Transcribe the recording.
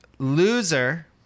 loser